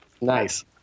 nice